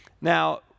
Now